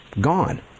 Gone